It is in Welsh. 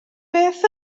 beth